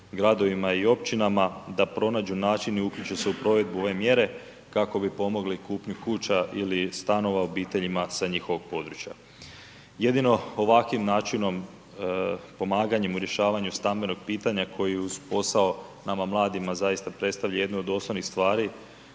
gradovima i općinama da pronađu način i uključe se u provedbu ove mjere kako bi pomogli kupnju kuća ili stanova obiteljima sa njihovog područja. Jedino ovakvim načinom pomaganjem u rješavanju stambenog pitanja koji uz posao nama mladima zaista predstavlja jednu od osnovnih stvari